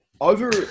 over